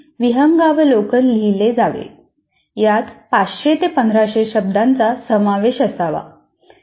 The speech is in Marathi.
यात 500 ते 1500 शब्दांचा समावेश असावा